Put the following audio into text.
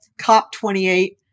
COP28